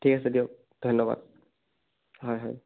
ঠিক আছে দিয়ক ধন্যবাদ হয় হয়